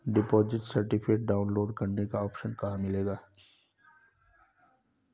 Deposit certificate download करने का option कहां मिलेगा?